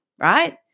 right